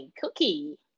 cookie